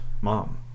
mom